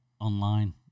online